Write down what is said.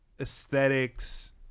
aesthetics